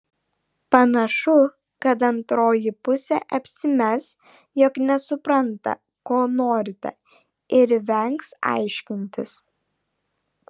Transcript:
panašu kad antroji pusė apsimes jog nesupranta ko norite ir vengs aiškintis